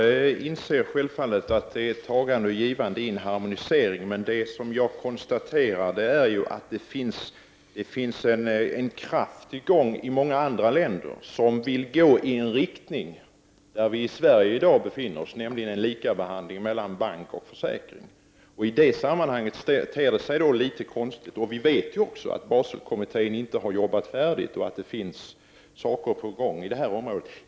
Herr talman! Jag inser självfallet att det är ett tagande och ett givande i en harmonisering. Men det som jag konstaterar är att det finns en kraft i gång i många andra länder, vilka vill gå i riktning mot den lösning som föreligger i Sverige i dag, nämligen en likabehandling mellan bankoch försäkringsbolag. Vi vet att Baselkommittén inte har arbetat färdigt och att saker är på gång på detta område.